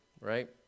right